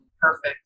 perfect